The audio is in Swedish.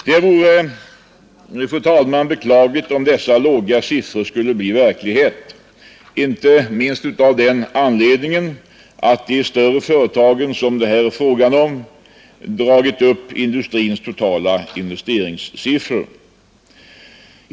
Det vore, fru talman, beklagligt om dessa låga siffror skulle bli verklighet, inte minst av den anledningen att de större företagen, som det här är fråga om, dragit upp industrins totala investeringssiffror.